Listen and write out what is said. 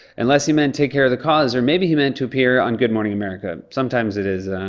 unless he meant take care of the cause, or maybe he meant to appear on good morning america. sometimes it is,